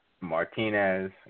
Martinez